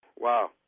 Wow